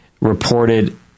reported